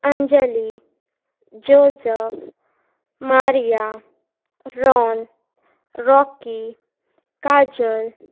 Anjali Joseph Maria Ron Rocky Kajal